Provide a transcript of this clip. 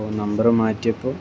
അപ്പോൾ നമ്പറ് മാറ്റിയപ്പോൾ